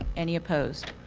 any opposed?